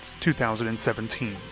2017